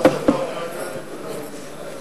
האי-אמון, מייד לאחר סיום